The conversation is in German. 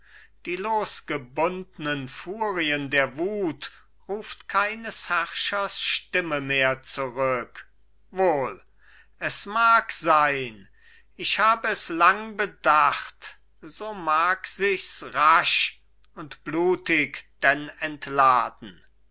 die losgebundnen furien der wut ruft keines herrschers stimme mehr zurück wohl es mag sein ich hab es lang bedacht so mag sichs rasch und blutig denn entladen